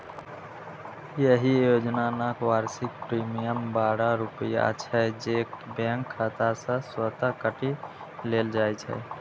एहि योजनाक वार्षिक प्रीमियम बारह रुपैया छै, जे बैंक खाता सं स्वतः काटि लेल जाइ छै